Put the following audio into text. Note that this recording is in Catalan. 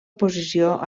posició